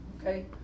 Okay